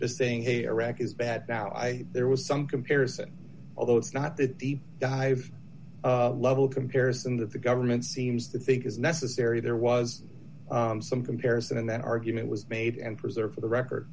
just saying hey iraq is bad now i there was some comparison although it's not the dive level comparison that the government seems to think is necessary there was some comparison and that argument was made and preserve the record